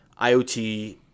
IoT